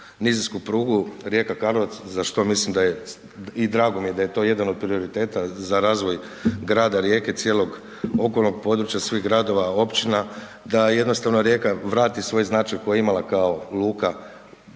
nizinsku prugu Rijeka-Karlovac za što mislim da je i drago mi je da je to jedan od prioriteta za razvoj grada Rijeke i cijelog okolnog područja, svih gradova, općina, da jednostavno Rijeka vrati svoj značaj koji je imala kao luka